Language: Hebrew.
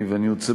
ואני רוצה,